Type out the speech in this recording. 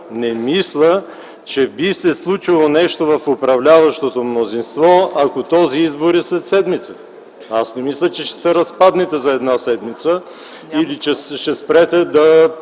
не мисля, че би се случило нещо в управляващото мнозинство, ако този избор е след седмица. Не мисля, че ще се разпаднете за една седмица или че ще спрете да